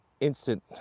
instant